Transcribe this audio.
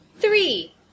Three